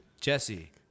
Jesse